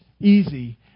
easy